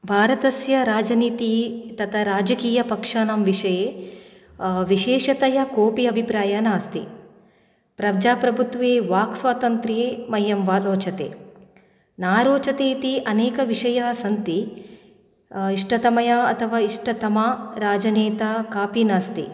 भारतस्य राजनीतिः तथा राजकीयपक्षानां विषये विशेषतया कोऽपि अभिप्रायः नास्ति प्रजाप्रभुत्वे वाक्स्वातन्त्र्ये मह्यं वा रोचते ना रोचते इति अनेकविषयाः सन्ति इष्टतमया अथवा इष्टतमा राजनेता कापि नास्ति